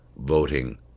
voting